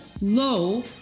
low